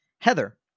Heather